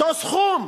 אותו סכום.